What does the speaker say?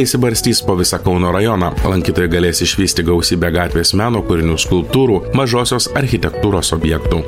išsibarstys po visą kauno rajoną lankytojai galės išvysti gausybę gatvės meno kūrinių skulptūrų mažosios architektūros objektų